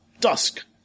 dusk